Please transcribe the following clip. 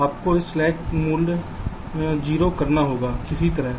तो आपको यह स्लैक मूल्य 0 करना होगा किसी तरह